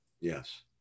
Yes